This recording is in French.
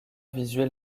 visuel